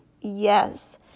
Yes